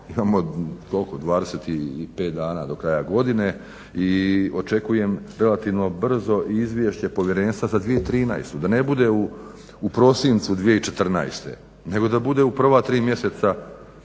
koliko, 25 dana do kraja godine i očekujem relativno brzo izvješće povjerenstva za 2013., da ne bude u prosincu 2014. nego da bude u prva tri mjeseca